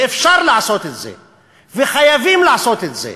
ואפשר לעשות את זה, וחייבים לעשות את זה,